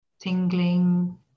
Tingling